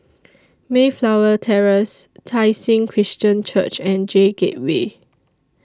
Mayflower Terrace Tai Seng Christian Church and J Gateway